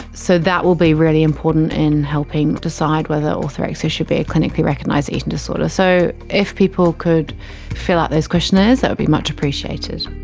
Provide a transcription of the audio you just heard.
so that will be really important in helping decide whether orthorexia should be a clinically recognised eating disorder. so if people could fill out those questionnaires, that would be much appreciated.